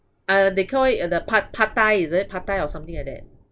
uh they call it uh the pad pad thai is it pad thai or something like that